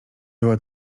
była